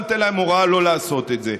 הוא היה נותן להם הוראה לא לעשות את זה.